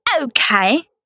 Okay